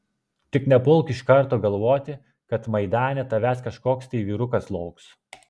tik nepulk iš karto galvoti kad maidane tavęs kažkoks tai vyrukas lauks